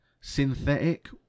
Synthetic